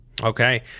okay